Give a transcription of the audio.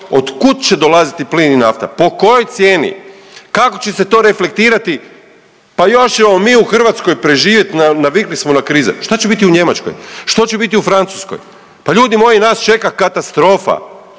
otkud će dolaziti plin i nafta, po kojoj cijeni, kako će se to reflektirati, pa još ćemo mi u Hrvatskoj preživjet, navikli smo na krize, šta će biti u Njemačkoj, što će biti u Francuskoj, pa ljudi moji nas čeka katastrofa,